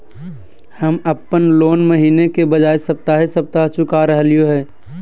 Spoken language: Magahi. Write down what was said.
हम अप्पन लोन महीने के बजाय सप्ताहे सप्ताह चुका रहलिओ हें